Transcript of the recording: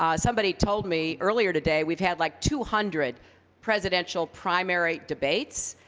um somebody told me earlier today we've had like two hundred presidential primary debates,